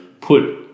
put